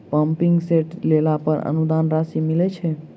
Pumping set लेला पर अनुदान राशि मिलय छैय?